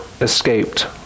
escaped